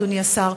אדוני השר,